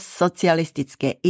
socialistické